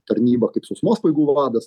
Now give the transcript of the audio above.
tarnybą kaip sausumos pajėgų vadas